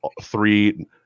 three